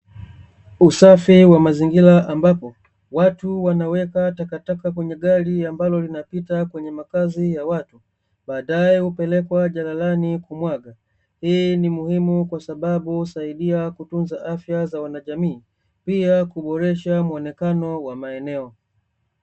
Usafi wa mazingira ambapo, watu wanaweka takataka kwenye gari ambalo linapita kwenye makazi ya watu, baadae hupelekwa jalalani kumwaga. Hii ni muhimu kwa sababu husaidia kutunza afya za wanajamii, pia kuboresha muonekano wa maeneo.